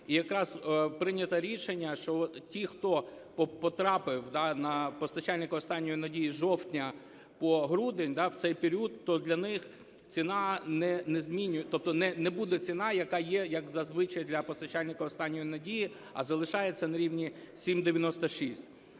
і якраз прийнято рішення, що ті, хто потрапив на постачальника "останньої надії" з жовтня по грудень, в цей період, то для них ціна не… тобто не буде ціна, яка є, як зазвичай, для постачальника "останньої надії", а залишається на рівні 7,96.